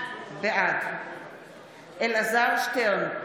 בעד אלעזר שטרן,